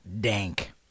Dank